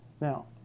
Now